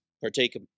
partake